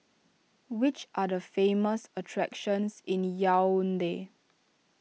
which are the famous attractions in Yaounde